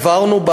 העברנו,